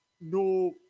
no